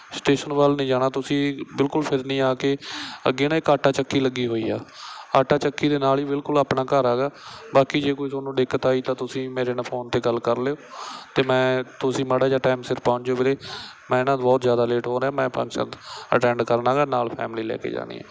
station ਵੱਲ ਨਹੀਂ ਜਾਣਾ ਤੁਸੀਂ ਬਿਲਕੁਲ ਫਿਰਨੀ ਆ ਕੇ ਅੱਗੇ ਨਾ ਇੱਕ ਆਟਾ ਚੱਕੀ ਲੱਗੀ ਹੋਈ ਆ ਆਟਾ ਚੱਕੀ ਦੇ ਨਾਲ ਹੀ ਬਿਲਕੁਲ ਆਪਣਾ ਘਰ ਆ ਗਾ ਬਾਕੀ ਜੇ ਕੋਈ ਤੁਹਾਨੂੰ ਦਿੱਕਤ ਆਈ ਤਾਂ ਤੁਸੀਂ ਮੇਰੇ ਨਾਲ ਫੋਨ 'ਤੇ ਗੱਲ ਕਰ ਲਿਓ ਅਤੇ ਮੈਂ ਤੁਸੀਂ ਮਾੜਾ ਜਿਹਾ ਟਾਈਮ ਸਿਰ ਪਹੁੰਚ ਜਿਓ ਵੀਰੇ ਮੈਂ ਨਾ ਬਹੁਤ ਜ਼ਿਆਦਾ ਲੇਟ ਹੋ ਰਿਹਾ ਮੈਂ ਫੰਕਸ਼ਨ ਅਟੈਂਡ ਕਰਨਾ ਗਾ ਨਾਲ ਫੈਮਲੀ ਲੈ ਕੇ ਜਾਣੀ ਹੈ